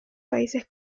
países